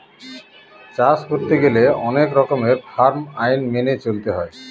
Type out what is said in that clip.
চাষ করতে গেলে অনেক রকমের ফার্ম আইন মেনে চলতে হয়